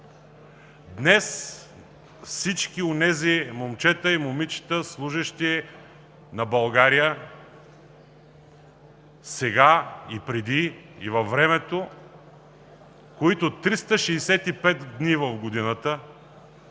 Днес всички онези момчета и момичета, служещи на България сега и преди, и във времето, които 365 дни в годината,